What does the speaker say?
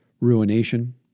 Ruination